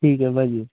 ਠੀਕ ਹੈ ਭਾਜੀ